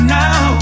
now